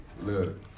Look